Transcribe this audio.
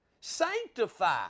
Sanctify